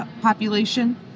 population